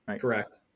Correct